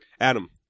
Adam